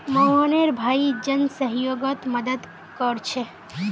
मोहनेर भाई जन सह्योगोत मदद कोरछे